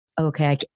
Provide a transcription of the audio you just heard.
okay